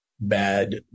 bad